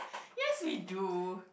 yes we do